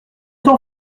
t’en